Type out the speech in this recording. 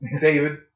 David